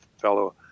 fellow